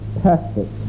perfect